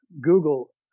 Google